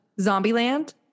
Zombieland